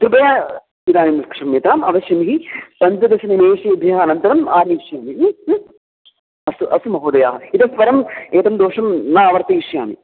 कृपया इदानीं क्षम्यताम् अवश्यं हि पञ्चदशनिमिषेभ्यः अनन्तरम् आनमिष्यामि अस्तु अस्तु महोदयाः इतः परम् एतं दोषं न आवर्तयिष्यामि